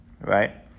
right